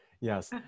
Yes